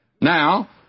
now